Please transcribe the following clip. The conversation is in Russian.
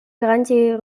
гарантией